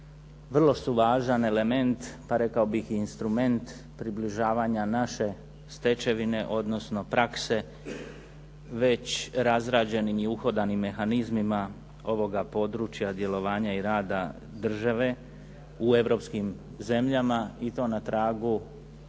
vrlo su važan element pa rekao bih i instrument približavanja naše stečevine, odnosno prakse već razrađenim i uhodanim mehanizmima ovoga područja djelovanja i rada države u europskim zemljama i to na tragu